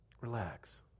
Relax